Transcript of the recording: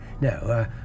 No